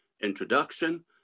introduction